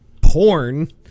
porn